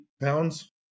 pounds